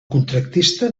contractista